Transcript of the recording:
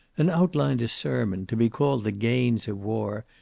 and outlined a sermon, to be called the gains of war,